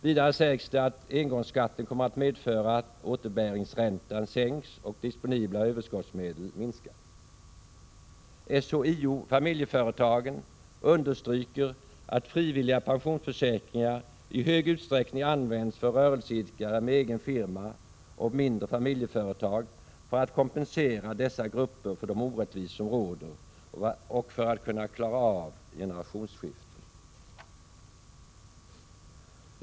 Vidare sägs det att engångsskatten kommer att medföra att återbäringsräntan sänks och disponibla överskottsmedel minskar. SHIO-Familjeföretagen understryker att frivilliga pensionsförsäkringar i stor utsträckning används för rörelseidkare med egen firma och mindre familjeföretag för att kompensera dessa grupper för de orättvisor som råder och för att kunna klara av generationsskiften.